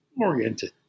oriented